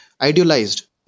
idealized